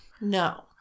No